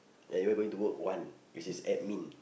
and ever go to work one which is admin